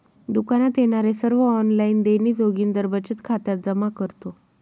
दुकानात येणारे सर्व ऑनलाइन देणी जोगिंदर बचत खात्यात जमा करतो